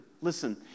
Listen